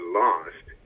lost